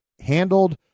handled